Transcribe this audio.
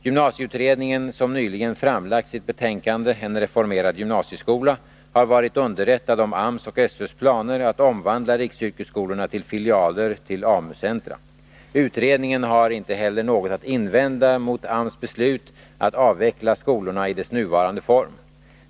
Gymnasieutredningen, som nyligen framlagt sitt betänkande En reformerad gymnasieskola, har varit underrättad om AMS och SÖ:s planer att omvandla riksyrkesskolorna till filialer till AMU-centra. Utredningen har inte heller något att invända mot AMS beslut att avveckla skolorna i dess nuvarande form.